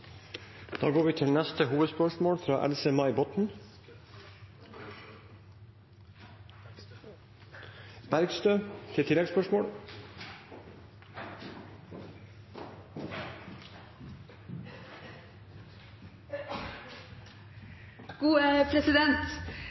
Da går vi til neste hovedspørsmål. Mitt spørsmål går til